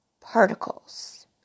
particles